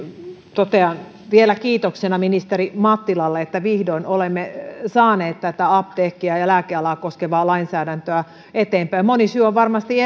totean vielä kiitoksena ministeri mattilalle että vihdoin olemme saaneet tätä apteekki ja lääkealaa koskevaa lainsäädäntöä eteenpäin moni syy on varmasti